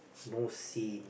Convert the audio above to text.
no sin